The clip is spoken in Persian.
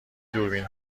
دوربین